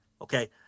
okay